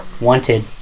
Wanted